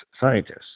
scientists